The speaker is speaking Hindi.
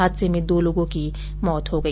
हादसे में दो लोगों की मौत हो गई